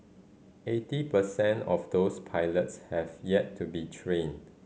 eighty percent of those pilots have yet to be trained